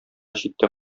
читтә